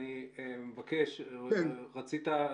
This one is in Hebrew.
אני מבקש, אתה רצית.